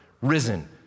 risen